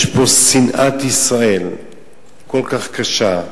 יש פה שנאת ישראל כל כך קשה,